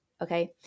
okay